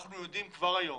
אנחנו יודעים כבר היום